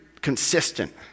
consistent